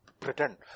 pretend